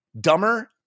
dumber